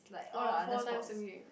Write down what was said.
oh four times a week